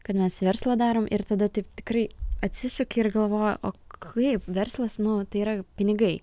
kad mes verslą darom ir tada taip tikrai atsisuki ir galvoja o kaip verslas nu tai yra pinigai